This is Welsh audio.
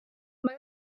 mae